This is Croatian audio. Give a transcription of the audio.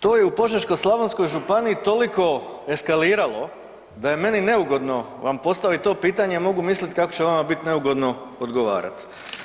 to je u Požeško-slavonskoj županiji toliko eskaliralo da je meni neugodno postaviti vam to pitanje, a mogu misliti kako će vama biti neugodno odgovarati.